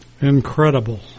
incredible